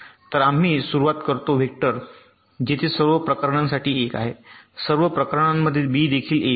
तर आम्ही सुरुवात करतो वेक्टर जेथे सर्व प्रकरणांसाठी 1 आहे सर्व प्रकरणांमध्ये बी देखील 1 आहे